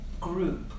group